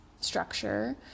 structure